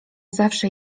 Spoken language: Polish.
zawsze